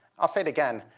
i'll say it again.